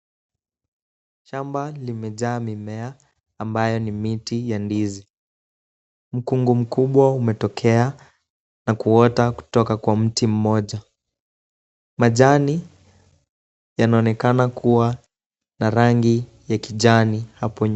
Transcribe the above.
Shamba limejaa mimea ambayo ni miti ya ndizi. Mkungu mkubwa umetokea na kuota kutoka kwa mti mmoja . Majani yanaonekana kuwa na rangi ya kijani hapo nyuma.